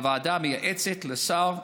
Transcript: המייעצת לשר,